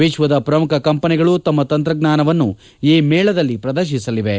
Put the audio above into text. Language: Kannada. ವಿಶ್ವದ ಪ್ರಮುಖ ಕಂಪನಿಗಳು ತಮ್ಮ ತಂತ್ರಜ್ಞಾನವನ್ನು ಈ ಮೇಳದಲ್ಲಿ ಪ್ರದರ್ತಿಸಲಿವೆ